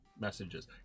messages